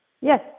Yes